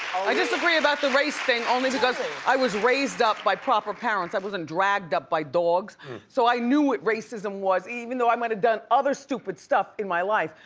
i disagree about the race thing only because i was raised up by proper parents, i wasn't dragged up by dogs so i knew what racism was even though i might've done other stupid stuff in my life.